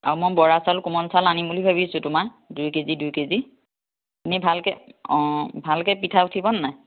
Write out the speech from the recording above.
আৰু মই বৰা চাউল কোমল চাউল আনিম বুলি ভাবিছোঁ তোমাৰ দুই কেজি দুই কেজি এনেই ভালকৈ অঁ ভালকৈ পিঠা উঠিব নাই